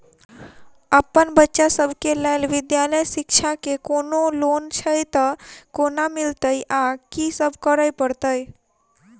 अप्पन बच्चा सब केँ लैल विधालय शिक्षा केँ कोनों लोन छैय तऽ कोना मिलतय आ की सब करै पड़तय